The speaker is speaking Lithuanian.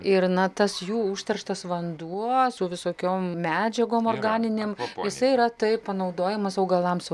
ir na tas jų užterštas vanduo su visokiom medžiagom organinėm jisai yra tai panaudojamas augalams